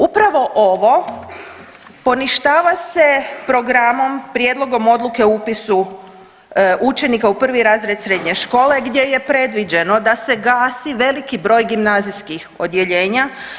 Upravo ovo poništava se programom Prijedlogom odluke o upisu učenika u prvi razred srednje škole gdje je predviđeno da se gasi veliki broj gimnazijskih odjeljenja.